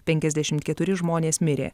penkiasdešimt keturi žmonės mirė